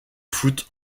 foot